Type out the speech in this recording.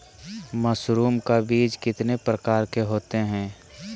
Mushroom का बीज कितने प्रकार के होते है?